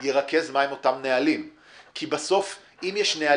אני לא אומר שזה נכון